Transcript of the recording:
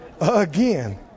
again